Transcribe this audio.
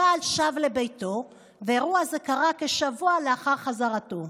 הבעל שב לביתו, והאירוע קרה כשבוע לאחר חזרתו.